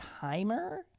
timer